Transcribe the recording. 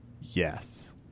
yes